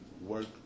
work